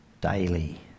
daily